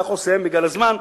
אני לא יכול לסיים בגלל הזמן,